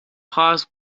phrase